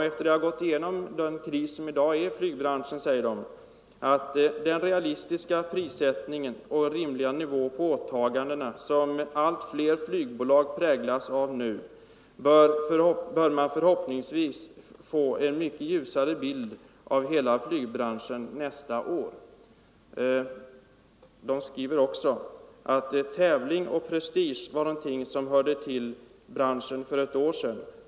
Efter att ha berört den nuvarande krisen inom flygbranschen säger tidningen: ”Med den realistiska prissättning och rimliga nivå på åtagandena som allt fler flygbolag nu präglas av bör man förhoppningsvis få en mycket ljusare bild av hela flygbranschen nästa år.” Man skriver också att tävling och prestige var någonting som hörde till branschen för ett år sedan.